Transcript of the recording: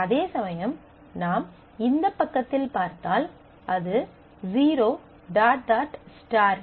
அதேசமயம் நாம் இந்த பக்கத்தில் பார்த்தால் அது 0 டாட் டாட் ஸ்டார் 0